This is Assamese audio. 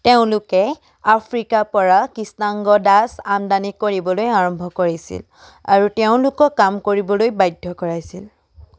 তেওঁলোকে আফ্ৰিকাৰপৰা কৃষ্ণাংগ দাস আমদানি কৰিবলৈ আৰম্ভ কৰিছিল আৰু তেওঁলোকক কাম কৰিবলৈ বাধ্য কৰাইছিল